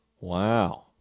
Wow